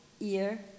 ear